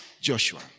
Joshua